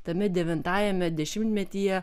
tame devintajame dešimtmetyje